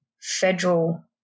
federal